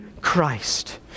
Christ